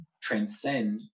transcend